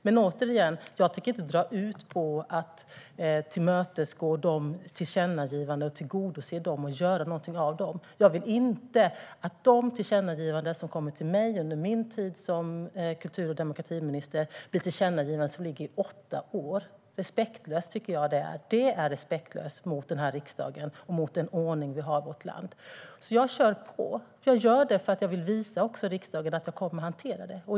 Men återigen: Jag tänker inte dra ut på att tillmötesgå dessa tillkännagivanden och göra någonting av dem. Jag vill inte att de tillkännagivanden som kommer till mig under min tid som kultur och demokratiminister blir tillkännagivanden som blir liggande i åtta år. Det är respektlöst mot riksdagen och mot den ordning som vi har i vårt land. Jag kör på. Och det gör jag för att jag vill visa riksdagen att jag kommer att hantera dessa tillkännagivanden.